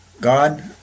God